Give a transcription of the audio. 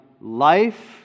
life